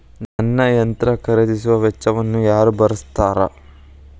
ನನ್ನ ಯಂತ್ರ ಖರೇದಿಸುವ ವೆಚ್ಚವನ್ನು ಯಾರ ಭರ್ಸತಾರ್?